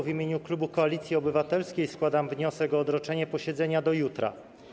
W imieniu klubu Koalicji Obywatelskiej składam wniosek o odroczenie posiedzenia do jutra.